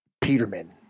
Peterman